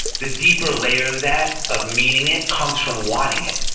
the deeper layer of that, of meaning it, comes from wanting it.